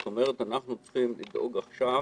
זאת אומרת, אנחנו צריכים לדאוג עכשיו